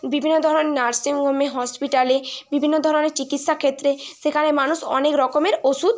বিভিন্ন ধরনের নার্সিংহোমে হসপিটালে বিভিন্ন ধরনের চিকিৎসা ক্ষেত্রে সেখানে মানুষ অনেক রকমের ওষুধ